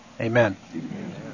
amen